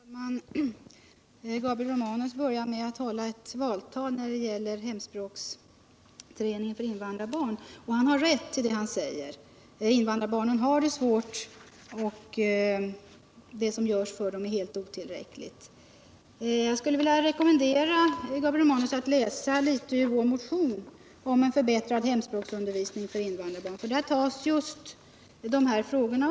Herr talman! Gabriel Romanus började med att hålla ett valtal när det gäller hemspråksundervisningen för invandrarbarn. Han har rätt i det han säger — invandrarbarnen har det svårt, och det som görs för dem är helt otillräckligt. Jag skulle vilja rekommendera Gabriel Romanus att läsa vår motion om en förbättring av hemspråksundervisningen för invandrarbarn. Där tar vi upp just dessa frågor.